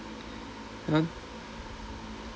!huh!